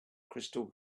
crystal